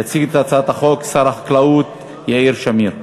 יציג את הצעת החוק שר החקלאות יאיר שמיר.